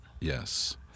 yes